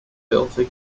filthy